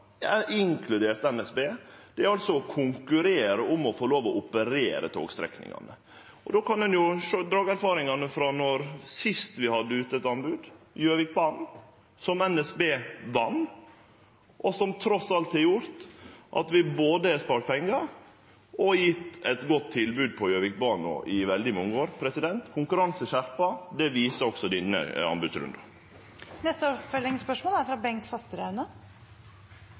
inkludert NSB, er å konkurrere om å få lov til å operere togstrekningane. Ein kan sjå på erfaringane frå sist vi hadde ute eit anbod, på Gjøvikbanen, som NSB vann, og som trass alt har gjort at vi både har spart pengar og gjeve eit godt tilbod på Gjøvikbanen i veldig mange år. Konkurransen er skjerpa. Det viser også denne anbodsrunden. Bengt Fasteraune – til oppfølgingsspørsmål. Vi i Senterpartiet er,